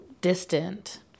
distant